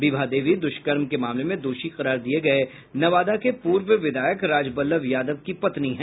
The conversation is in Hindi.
विभा देवी दुष्कर्म के मामले में दोषी करार दिये गये नवादा के पूर्व विधायक राजवल्लभ यादव की पत्नी हैं